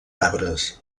arbres